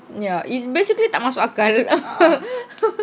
ya it's basically tak masuk akal